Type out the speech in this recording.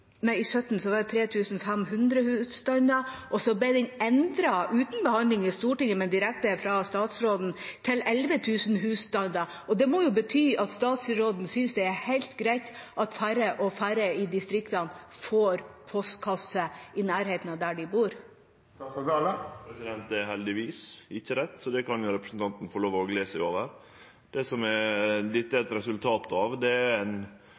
husstander. Så ble den endret, uten behandling i Stortinget, men direkte fra statsråden, til 11 000 husstander. Det må jo bety at statsråden synes det er helt greit at færre og færre i distriktene får postkasse i nærheten av der de bor. Det er heldigvis ikkje rett, så det kan representanten få lov til å gle seg over. Det som dette er eit resultat av, er ei faktisk endring. Då ein i 2017 gjekk gjennom dette og talde kvar det